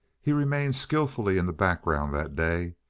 he remained skillfully in the background that day.